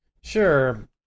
Sure